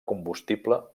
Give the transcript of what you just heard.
combustible